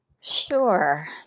Sure